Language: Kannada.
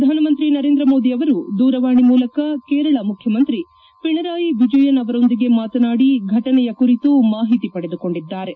ಪ್ರಧಾನಮಂತ್ರಿ ನರೇಂದ್ರ ಮೋದಿ ಅವರು ದೂರವಾಣಿ ಮೂಲಕ ಕೇರಳ ಮುಖ್ಯಮಂತ್ರಿ ಪಿಣರಾಯಿ ವಿಜಯನ್ ಅವರೊಂದಿಗೆ ಮಾತನಾಡಿ ಫಟನೆಯ ಕುರಿತು ಮಾಹಿತಿ ಪಡೆದುಕೊಂಡಿದ್ದಾರೆ